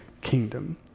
kingdom